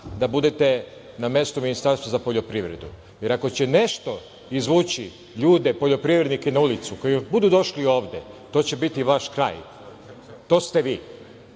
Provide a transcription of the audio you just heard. da budete na mestu Ministarstva za poljoprivredu, jer ako će nešto izvući ljude poljoprivrednike na ulicu, koji budu došli ovde, to će biti vaš kraj, to ste vi. Da